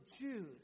Jews